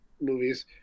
movies